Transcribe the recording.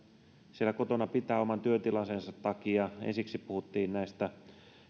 siellä kotona pitää oman työtilanteensa takia ensiksi puhuttiin näistä